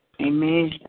Amen